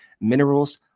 minerals